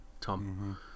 Tom